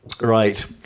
Right